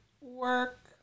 work